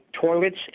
toilets